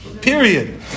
period